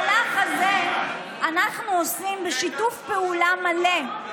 את המהלך הזה אנחנו עושים בשיתוף פעולה מלא.